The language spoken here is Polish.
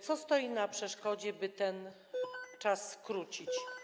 Co stoi na przeszkodzie, by ten czas skrócić?